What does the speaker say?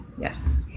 yes